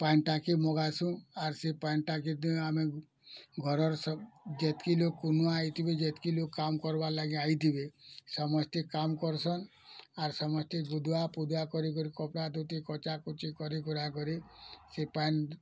ପାନି ଟାଙ୍କି ମଗାସୁ ଆର ସେ ପାନିଟାଙ୍କିକେ ବି ଆମେ ଘରର ସବୁ ଯେତିକି ଲୋକ କୁନିଆଁ ଆଇଥିବେ ଯେତିକି ଲୋକ କାମ କରବାର ଲାଗି ଆଇଥିବେ ସମସ୍ତେ କାମ କରସନ୍ ଆର ସମସ୍ତେ ଗୁଧୁଆ ପୁଧୁଆ କରି କରି କଚାକୁଚି କରିକୁରା କରି ସେ ପାନି